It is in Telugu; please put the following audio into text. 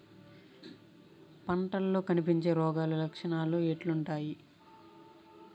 పంటల్లో కనిపించే రోగాలు లక్షణాలు ఎట్లుంటాయి?